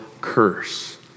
curse